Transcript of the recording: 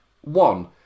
one